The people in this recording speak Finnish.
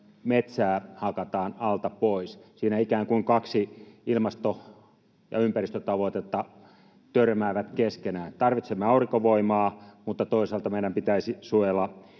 metsää hakataan alta pois. Siinä ikään kuin kaksi ilmasto- ja ympäristötavoitetta törmäävät keskenään. Tarvitsemme aurinkovoimaa, mutta toisaalta meidän pitäisi suojella